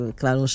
claro